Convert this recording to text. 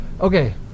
Okay